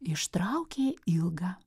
ištraukė ilgą